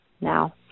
now